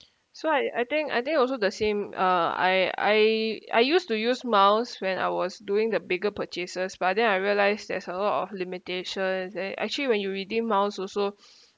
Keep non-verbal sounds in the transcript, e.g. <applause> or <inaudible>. <noise> so I I think I think also the same uh I I I used to use miles when I was doing the bigger purchasers but then I realised there's a lot of limitations then actually when you redeem miles also <breath>